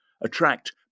attract